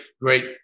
great